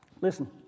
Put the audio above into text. Listen